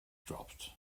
dropped